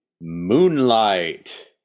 Moonlight